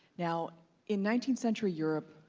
now in nineteenth century europe,